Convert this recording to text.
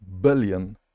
billion